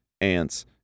ants